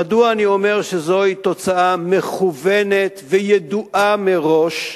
מדוע אני אומר שזוהי תוצאה מכוונת וידועה מראש?